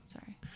sorry